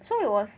so it was